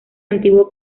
antiguo